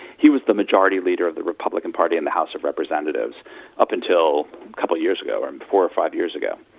he was the majority leader of the republican party in the house of representatives up until a couple of years ago, and four or five years ago.